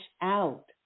out